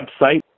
website